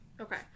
Okay